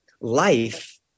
life